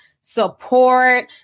support